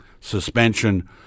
suspension